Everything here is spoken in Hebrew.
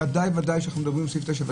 ודאי כשאנחנו מדברים על סעיף 9,